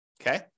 okay